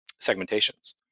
segmentations